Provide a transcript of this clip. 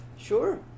Sure